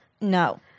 no